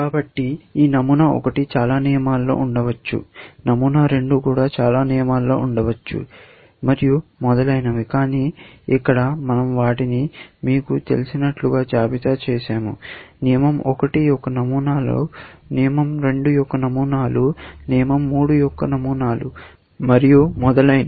కాబట్టి ఈ నమూనా 1 చాలా నియమాలలో ఉండవచ్చు నమూనా 2 చాలా నియమాలలో ఉండవచ్చు మరియు మొదలైనవి కానీ ఇక్కడ మన০ వాటిని మీకు తెలిసినట్లుగా జాబితా చేసాము నియమం 1 యొక్క నమూనాలు నియమం 2 యొక్క నమూనాలు నియమం 3 యొక్క నమూనాలు మరియు అందువలన న